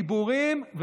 דיבורים,